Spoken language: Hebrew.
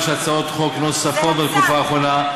של הצעות חוק נוספות בתקופה האחרונה,